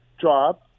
job